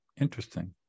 Interesting